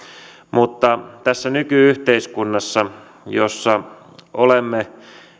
mutta tässä nyky yhteiskunnassa jossa olemme